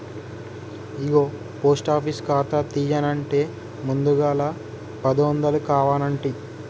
ఇగో post office ఖాతా తీయన్నంటే ముందుగల పదొందలు కావనంటి